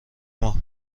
ماه